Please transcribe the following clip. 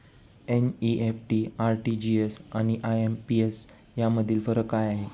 NEFT, RTGS आणि IMPS यामधील फरक काय आहे?